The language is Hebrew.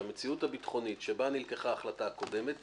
שהמציאות הביטחונית שבה נלקחה החלטה הקודמת,